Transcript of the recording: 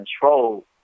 control